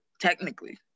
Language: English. technically